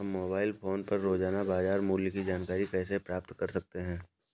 हम mobile phone पर रोजाना बाजार मूल्य की जानकारी कैसे प्राप्त कर सकते हैं?